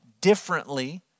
differently